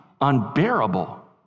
unbearable